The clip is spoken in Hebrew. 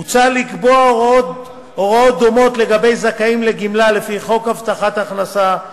הוצע לקבוע הוראות דומות לגבי זכאים לגמלה לפי חוק הבטחת הכנסה,